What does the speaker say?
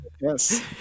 Yes